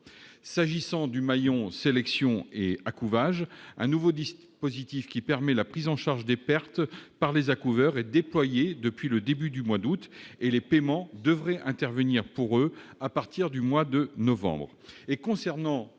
S'agissant du maillon « sélection et accouvage », un nouveau dispositif qui permet la prise en charge des pertes par les accouveurs est déployé depuis le début du mois d'août. Les paiements devraient intervenir, pour eux, à partir du mois de novembre.